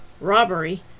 robbery